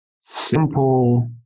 simple